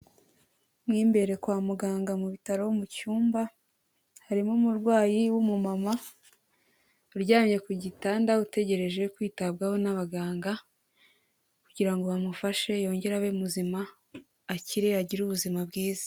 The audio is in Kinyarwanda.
Mo imbere kwa muganga mu bitaro mu cyumba, harimo umurwayi w'umumama uryamye ku gitanda utegereje kwitabwaho n'abaganga kugira ngo bamufashe yongere abe muzima, akire agire ubuzima bwiza.